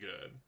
good